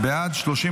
בעד,